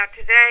today